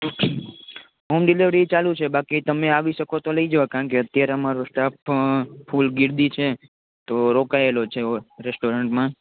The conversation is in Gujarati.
હોમ ડિલિવરી ચાલુ છે બાકી તમે આવી શકો તો લઈ જાવ કારણકે અત્યારે અમારો સ્ટાફ ફૂલ ગિરદી છે તો રોકાયેલો છે રેસ્ટરોરન્ટમાં